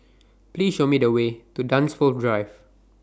Please Show Me The Way to Dunsfold Drive